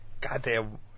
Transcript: goddamn